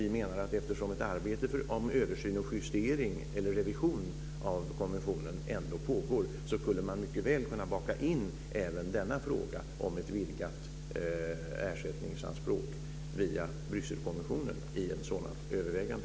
Vi menar att eftersom ett arbete med översyn, justering eller revision av konventionen ändå pågår så skulle man mycket väl kunna baka in även denna fråga om ett vidgat ersättningsanspråk via Brysselkonventionen i ett övervägande.